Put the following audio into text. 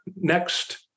next